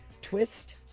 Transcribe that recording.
twist